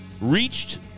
reached